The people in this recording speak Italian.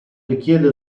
richiede